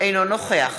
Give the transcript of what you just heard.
אינו נוכח